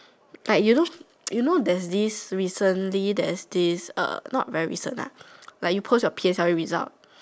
like you know there's this recently there's this uh not very recent ah like you post your P_S_L_E results